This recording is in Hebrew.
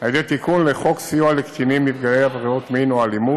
על ידי תיקון חוק סיוע לקטינים נפגעי עבירות מין או אלימות,